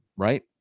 Right